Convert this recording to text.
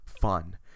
fun